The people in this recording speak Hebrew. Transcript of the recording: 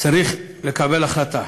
שצריך לקבל החלטה